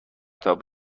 تاپ